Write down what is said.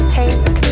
take